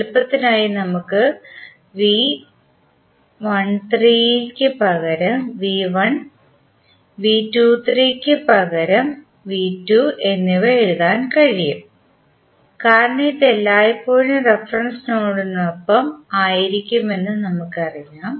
എളുപ്പത്തിനായി നമുക്ക് ന് പകരം ന് പകരം എന്നിവ എഴുതാൻ കഴിയും കാരണം ഇത് എല്ലായ്പ്പോഴും റഫറൻസ് നോഡിനൊപ്പം ആയിരിക്കും എന്ന് നമുക്കറിയാം